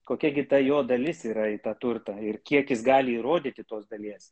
kokia gi ta jo dalis yra į tą turtą ir kiek jis gali įrodyti tos dalies